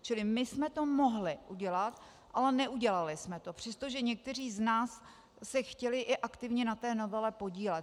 Čili my jsme to mohli udělat, ale neudělali jsme to, přestože někteří z nás se chtěli i aktivně na té novele podílet.